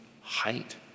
height